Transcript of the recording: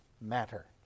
matter